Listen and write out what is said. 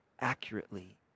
accurately